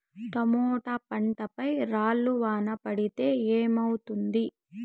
Tomato పంట పై రాళ్లు వాన పడితే ఏమవుతుంది?